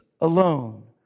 alone